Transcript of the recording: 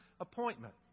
appointment